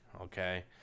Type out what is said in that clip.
Okay